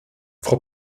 frau